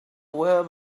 where